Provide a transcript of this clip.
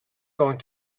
going